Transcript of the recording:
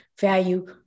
value